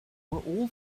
all